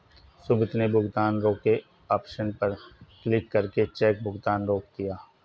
सुमित ने भुगतान रोके ऑप्शन पर क्लिक करके चेक भुगतान रोक दिया